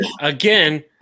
again